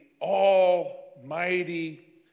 almighty